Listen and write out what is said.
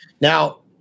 Now